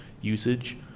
usage